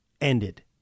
ended